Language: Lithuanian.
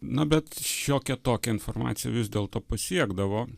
na bet šiokia tokia informacija vis dėlto pasiekdavo